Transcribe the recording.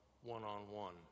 one-on-one